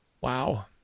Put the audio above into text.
Wow